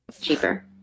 cheaper